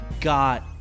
got